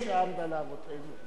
והיא שעמדה לאבותינו.